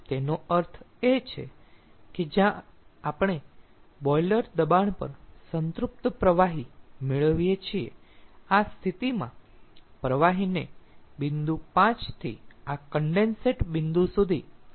તેનો અર્થ એ છે કે જ્યાં આપણે બોઇલર દબાણ પર સંતૃપ્ત પ્રવાહી મેળવીએ છીએ આ સ્થિતિમાં પ્રવાહીને બિંદુ 5 થી આ કન્ડેન્સેટ બિંદુ સુધી ગરમ કરવું જોઈએ